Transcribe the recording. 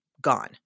gone